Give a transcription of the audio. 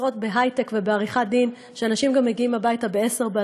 משרות בהיי-טק ובעריכת-דין שאנשים גם מגיעים הביתה ב-22:00.